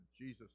Jesus